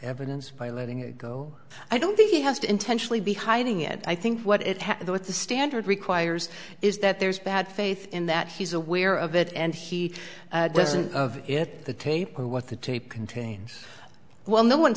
evidence by letting it go i don't think he has to intentionally be hiding it i think what it has the what the standard requires is that there's bad faith in that he's aware of it and he doesn't of it the tape or what the tape contains well no one